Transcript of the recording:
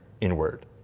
inward